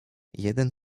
jeden